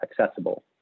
accessible